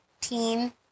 teen